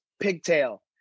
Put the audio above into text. pigtail